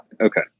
Okay